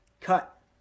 cut